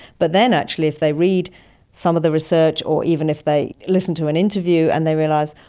but then actually if they read some of the research or even if they listen to an interview and they realise,